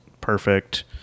perfect